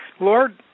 Lord